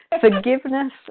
forgiveness